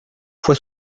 fue